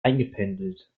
eingependelt